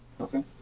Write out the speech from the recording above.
Okay